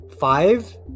five